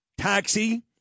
Taxi